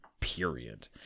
period